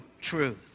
truth